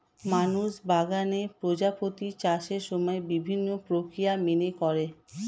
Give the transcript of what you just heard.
মানুষ বাগানে প্রজাপতির চাষের সময় বিভিন্ন প্রক্রিয়া মেনে করে